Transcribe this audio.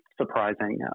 surprising